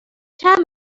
طعم